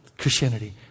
christianity